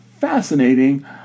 fascinating